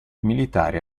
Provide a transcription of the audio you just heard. militari